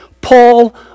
Paul